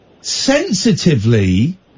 sensitively